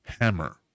hammer